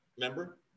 remember